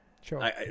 Sure